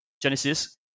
Genesis